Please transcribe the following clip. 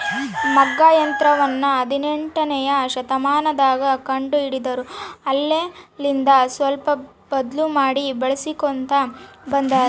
ಮಗ್ಗ ಯಂತ್ರವನ್ನ ಹದಿನೆಂಟನೆಯ ಶತಮಾನದಗ ಕಂಡು ಹಿಡಿದರು ಅಲ್ಲೆಲಿಂದ ಸ್ವಲ್ಪ ಬದ್ಲು ಮಾಡಿ ಬಳಿಸ್ಕೊಂತ ಬಂದಾರ